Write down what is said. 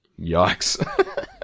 Yikes